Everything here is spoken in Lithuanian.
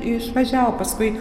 išvažiavo paskui